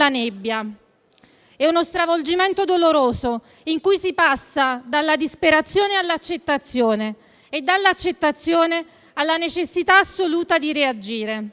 È uno stravolgimento doloroso, in cui si passa dalla disperazione all'accettazione e dall'accettazione alla necessità assoluta di reagire.